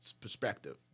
perspective